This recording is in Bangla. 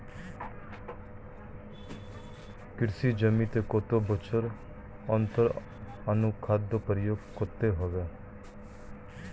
কৃষি জমিতে কত বছর অন্তর অনুখাদ্য প্রয়োগ করতে হবে?